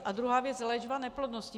A druhá věc, léčba neplodnosti.